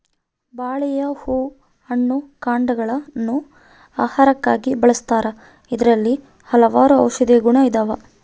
ಬಾಳೆಯ ಹೂ ಹಣ್ಣು ಕಾಂಡಗ ಳನ್ನು ಆಹಾರಕ್ಕಾಗಿ ಬಳಸ್ತಾರ ಇದರಲ್ಲಿ ಹಲವಾರು ಔಷದಿಯ ಗುಣ ಇದಾವ